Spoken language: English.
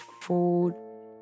food